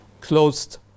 closed